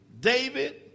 David